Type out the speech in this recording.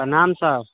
प्रणाम सर